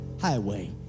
highway